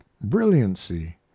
brilliancy